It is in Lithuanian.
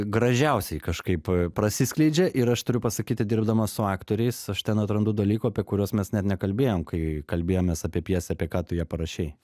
gražiausiai kažkaip prasiskleidžia ir aš turiu pasakyti dirbdamas su aktoriais aš ten atrandu dalykų apie kuriuos mes net nekalbėjom kai kalbėjomės apie pjesę apie ką tu ją parašei